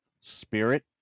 spirit